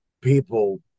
people